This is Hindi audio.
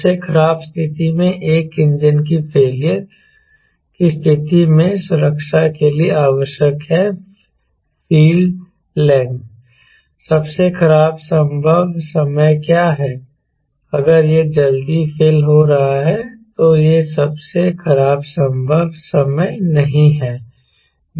सबसे खराब स्थिति में एक इंजन की फेलियर की स्थिति में सुरक्षा के लिए आवश्यक है फ़ील्ड लेंथ सबसे खराब संभव समय क्या है अगर यह जल्दी फेल हो रहा है तो यह सबसे खराब संभव समय नहीं है